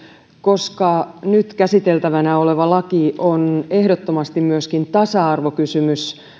koska nyt käsiteltävänä oleva laki on ehdottomasti myöskin tasa arvokysymys